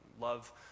Love